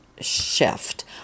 shift